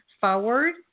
forward